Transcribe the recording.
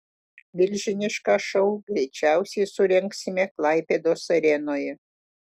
milžinišką šou greičiausiai surengsime klaipėdos arenoje